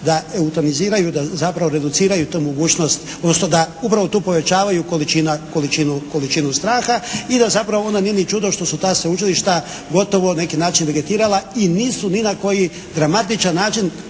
da eutaniziraju, da zapravo reduciraju tu mogućnost, odnosno da upravo tu povećavaju količinu straha i da zapravo onda nije ni čudo što su ta sveučilišta gotovo na neki način vegetirala i nisu ni na koji dramatičan način,